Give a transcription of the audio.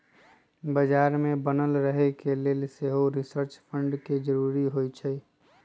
बजार में बनल रहे के लेल सेहो रिसर्च फंड के जरूरी होइ छै